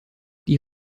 die